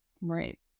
Right